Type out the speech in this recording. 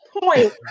point